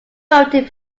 voted